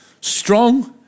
strong